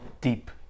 deep